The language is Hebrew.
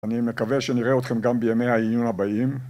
אני מקווה שנראה אתכם גם בימי העיון הבאים.